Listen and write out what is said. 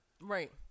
Right